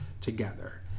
together